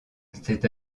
c’est